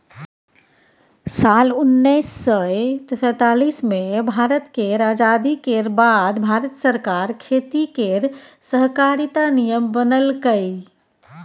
साल उन्नैस सय सैतालीस मे भारत केर आजादी केर बाद भारत सरकार खेती केर सहकारिता नियम बनेलकै